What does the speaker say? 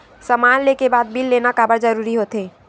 समान ले के बाद बिल लेना काबर जरूरी होथे?